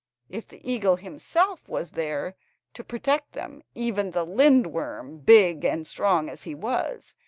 if the eagle himself was there to protect them even the lindworm, big and strong as he was,